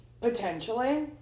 Potentially